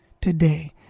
today